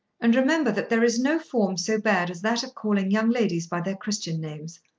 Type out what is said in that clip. and remember that there is no form so bad as that of calling young ladies by their christian names.